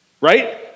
Right